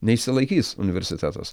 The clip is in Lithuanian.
neišsilaikys universitetas